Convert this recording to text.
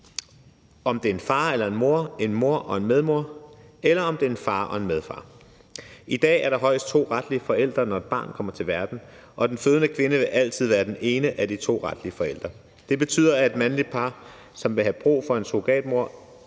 det er en far og en mor, en mor og en medmor eller en far og en medfar. I dag er der højst to retlige forældre, når et barn kommer til verden, og den fødende kvinde vil altid være den ene af de to retlige forældre. Det betyder, at et mandligt par, som har brug for en surrogatmor,